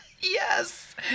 Yes